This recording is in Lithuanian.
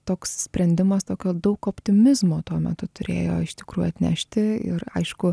toks sprendimas tokio daug optimizmo tuo metu turėjo iš tikrųjų atnešti ir aišku